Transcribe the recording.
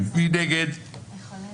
אדוני היושב-ראש,